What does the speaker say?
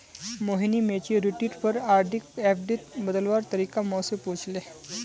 मोहिनी मैच्योरिटीर पर आरडीक एफ़डीत बदलवार तरीका मो से पूछले